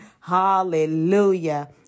Hallelujah